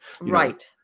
right